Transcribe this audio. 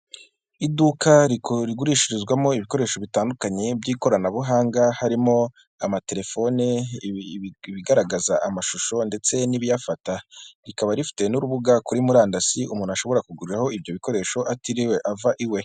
Iduka rigurishirizwamo ibikoresho bitandukanye by'ikoranabuhanga, harimo amaterefone, ibigaragaza amashusho ndetse n'ibiyafata. Rikaba rifite n'urubuga kuri murandasi umuntu ashobora kuguriraho ibyo bikoresho atiriwe ava iwe.